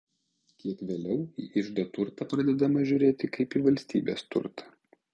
kiek vėliau į iždo turtą pradedama žiūrėti kaip į valstybės turtą